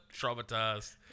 Traumatized